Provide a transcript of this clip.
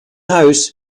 house